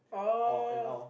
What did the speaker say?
oh